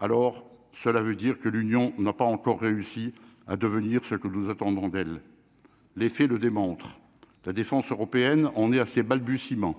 alors cela veut dire que l'Union n'a pas encore réussi à devenir ce que nous attendons d'elle les faits le démontrent de défense européenne, on est à ses balbutiements,